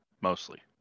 mostly